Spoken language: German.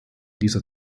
dieser